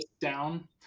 down